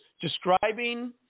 describing